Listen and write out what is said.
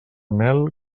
mel